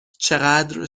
چقدر